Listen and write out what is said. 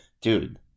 Dude